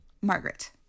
Margaret